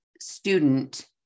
student